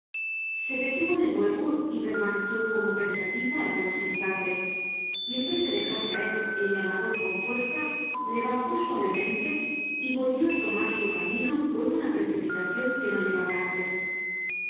se detuvo de nuevo y permaneció como pensativo algunos instantes y en vez de dejar caer el llamador con fuerza le bajó suavemente y volvió á tomar su camino con una precipitacion que no llevaba antes